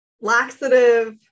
laxative